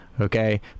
Okay